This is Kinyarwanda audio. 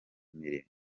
n’imirimbo